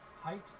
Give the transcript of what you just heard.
height